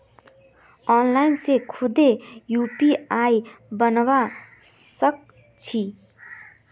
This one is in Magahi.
आनलाइन से खुदे यू.पी.आई बनवा सक छी